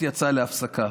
הכנסת יצאה להפסקה.